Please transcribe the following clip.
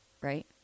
right